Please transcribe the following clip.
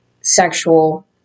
sexual